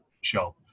show